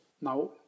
Now